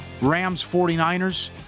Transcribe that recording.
Rams-49ers